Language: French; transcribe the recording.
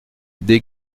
des